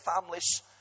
families